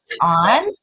on